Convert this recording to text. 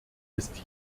ist